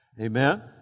Amen